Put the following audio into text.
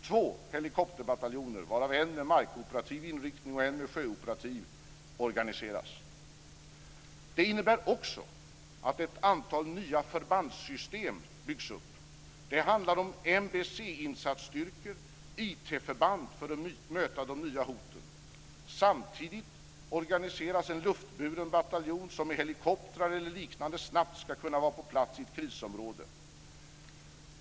Två helikopterbataljoner, varav en med markoperativ och en med sjöoperativ inriktning, organiseras. Det innebär också att ett antal nya förbandssystem byggs upp. Det handlar om NBC-insatsstyrkor och IT-förband för att möta de nya hoten. Samtidigt organiseras en luftburen bataljon som med helikoptrar eller liknande snabbt ska kunna vara på plats i ett krisområde.